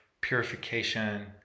purification